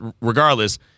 regardless